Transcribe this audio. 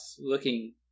looking